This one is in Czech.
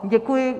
Děkuji.